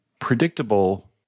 predictable